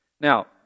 Now